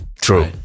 true